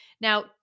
Now